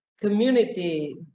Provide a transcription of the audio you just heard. community